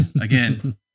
Again